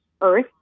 earth